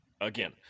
again